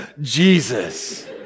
Jesus